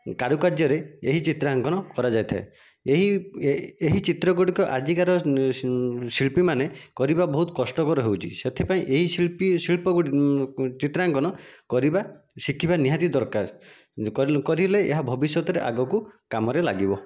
କାରୁକାର୍ଯ୍ୟରେ ଏହି ଚିତ୍ରାଙ୍କନ କରାଯାଇଥାଏ ଏହି ଚିତ୍ରଗୁଡ଼ିକ ଆଜିକାର ଶିଳ୍ପୀମାନେ କରିବା ବହୁତ କଷ୍ଟକର ହେଉଛି ସେଥିପାଇଁ ଏହି ଶିଳ୍ପୀ ଶିଳ୍ପ ଚିତ୍ରାଙ୍କନ କରିବା ଶିଖିବା ନିହାତି ଦରକାର କରିଲେ ଏହା ଭବିଷ୍ୟତରେ ଆଗକୁ କାମରେ ଲାଗିବ